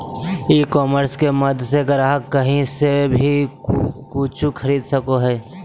ई commerce के माध्यम से ग्राहक काही से वी कूचु खरीदे सको हइ